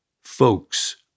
folks